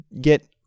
get